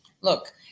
Look